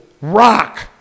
rock